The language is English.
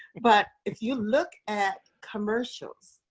but if you look at commercials,